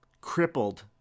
crippled